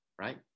Right